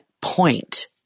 point